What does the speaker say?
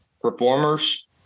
performers